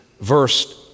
verse